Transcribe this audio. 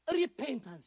repentance